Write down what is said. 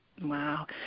Wow